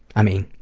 i mean